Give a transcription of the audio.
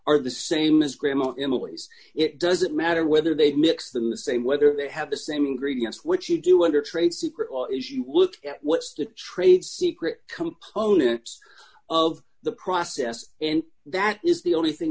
are the same as grandma in the ways it doesn't matter whether they mix them the same whether they have the same ingredients which you do under trade secret or if you look at what's the trade secret component of the process and that is the only thing